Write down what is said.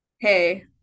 hey